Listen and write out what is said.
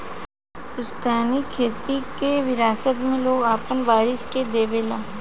पुस्तैनी खेत के विरासत मे लोग आपन वारिस के देवे ला